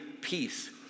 peace